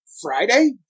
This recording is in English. Friday